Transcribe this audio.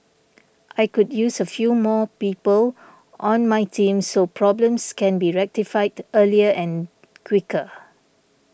I could use a few more people on my team so problems can be rectified earlier and quicker